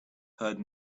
heard